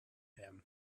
him